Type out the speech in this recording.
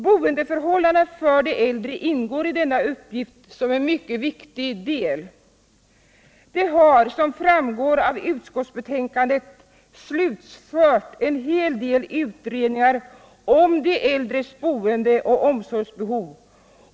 Boendeförhållandena för de äldre ingår i denna uppgift som en mycket viktig del. Såsom framgår av utskottsbetänkandet har en hel del utredningar slutförts om de äldres boende och omsorgsbehov.